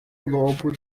lobo